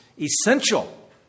essential